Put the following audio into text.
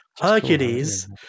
Hercules